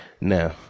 Now